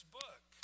book